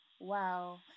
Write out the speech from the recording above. wow